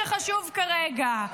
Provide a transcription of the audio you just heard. -- זה מה שחשוב כרגע.